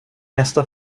nästa